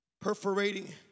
Perforating